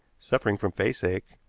suffering from faceache,